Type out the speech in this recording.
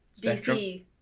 DC